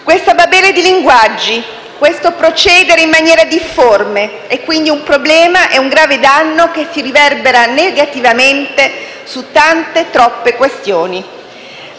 Questa babele di linguaggi e questo procedere in maniera difforme sono quindi un problema e un grave danno che si riverberano negativamente su tante, troppe questioni.